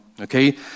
okay